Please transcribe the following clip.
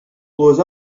blows